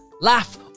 laugh